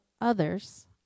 others